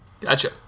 Gotcha